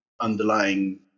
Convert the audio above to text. underlying